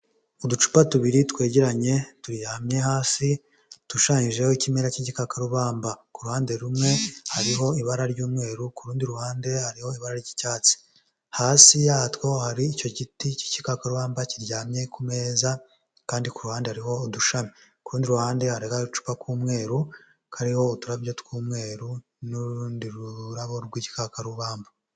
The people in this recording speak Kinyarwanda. Uducupa tubiri twegeranye, turyamye hasi dushushanyijeho ikimera cy Igakarubamba. Ku ruhande rumwe hariho ibara ry'umweru, ku rundi ruhande hariho ibara ry'icyatsi. Hasi yatwo hari icyo giti cy' Igikakarubamba kiryamye ku meza, kandi ku ruhande hariho udushami. Ku rundi ruhande hari cupa k'umweru kariho uturabyo tw'umweru n'urundi rurabo rw'ikakarubamba.